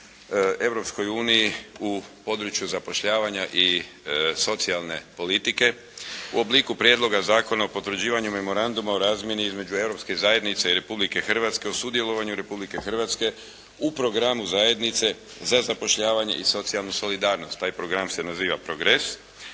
u području zapošljavanja i socijalne politike u obliku Prijedloga zakona o potvrđivanju Memoranduma o razumijevanju između Europske zajednice i Republike Hrvatske o sudjelovanju Republike Hrvatske u programu zajednice za zapošljavanje i socijalnu solidarnost. Taj program se naziva PROGRESS,